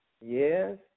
yes